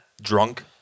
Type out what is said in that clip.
drunk